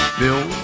bill